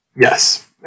Yes